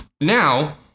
now